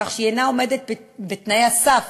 כך שהיא אינה עומדת בתנאי הסף